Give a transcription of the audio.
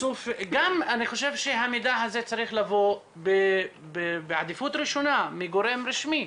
אני חושב שהמידע הזה צריך לבוא בעדיפות ראשונה מגורם רשמי,